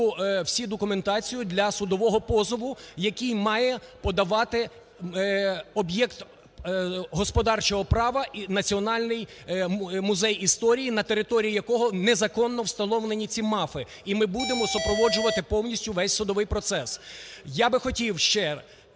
всю документацію для судового позову, який має подавати об'єкт господарчого права Національний музей історії, на території якого незаконно встановлені ці МАФи. І ми будемо супроводжувати повністю весь судовий процес. Я би хотів ще